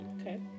Okay